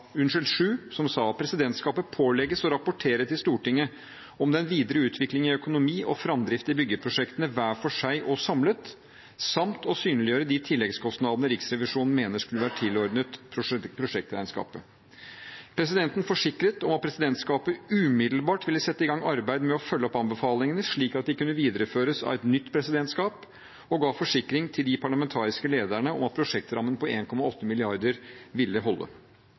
pålegges å rapportere til Stortinget om den videre utvikling i økonomi og fremdrift i byggeprosjektene hver for seg og samlet, samt å synliggjøre de tilleggskostnadene Riksrevisjonen mener skulle vært tilordnet prosjektregnskapet.» Presidenten forsikret om at presidentskapet umiddelbart ville sette i gang arbeid med å følge opp anbefalingene slik at de kunne videreføres av et nytt presidentskap, og ga forsikring til de parlamentariske lederne om at prosjektrammen på l,8 mrd. kr ville holde.